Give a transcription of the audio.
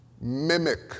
Mimic